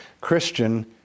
Christian